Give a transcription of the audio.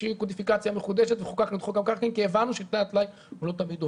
חדש וחוקקנו את חוק המקרקעין כי הבנו שהוא לא תמיד עובד.